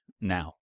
now